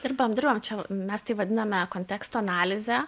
ir bendrom čia mes tai vadiname konteksto analize